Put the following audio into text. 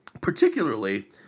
Particularly